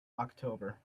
october